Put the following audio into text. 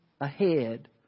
ahead